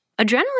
Adrenaline